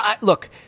look